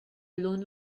alone